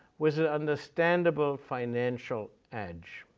with understandable financial edge.